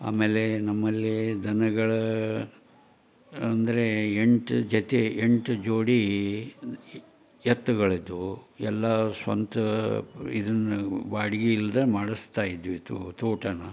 ಆಮೇಲೆ ನಮ್ಮಲ್ಲಿ ದನಗಳ ಅಂದರೆ ಎಂಟು ಜೊತೆ ಎಂಟು ಜೋಡಿ ಎತ್ತುಗಳಿದ್ದವು ಎಲ್ಲ ಸ್ವಂತ ಇದನ್ನು ಬಾಡ್ಗೆ ಇಲ್ದೆ ಮಾಡಿಸ್ತಾಯಿದ್ವಿ ತೋಟನ